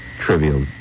trivial